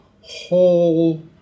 whole